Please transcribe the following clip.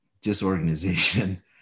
disorganization